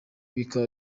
bikaba